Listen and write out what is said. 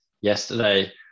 yesterday